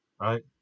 right